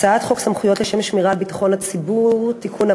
הצעת חוק סמכויות לשם שמירה על ביטחון הציבור (תיקון,